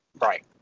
Right